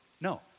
No